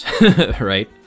right